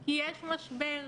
כי יש משבר.